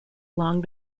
long